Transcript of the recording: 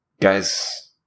guys